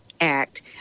act